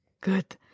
Good